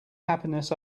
happiness